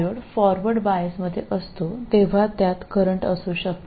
അത് ഫോർവേഡ് ബയസിൽ ആയിരിക്കുമ്പോൾ അതിന് കാര്യമായ പ്രവാഹങ്ങൾ ഉണ്ടാകാം